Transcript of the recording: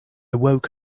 woke